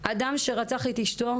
אדם שרצח את אשתו,